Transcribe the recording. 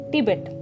Tibet